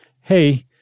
hey—